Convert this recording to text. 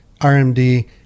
rmd